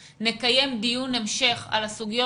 גם בגין היעדר הכנסות בגלל הקורונה,